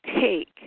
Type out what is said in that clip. take